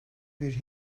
bir